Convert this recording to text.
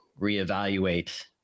reevaluate